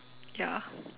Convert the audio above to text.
ya